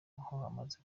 hamaze